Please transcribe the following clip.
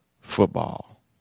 football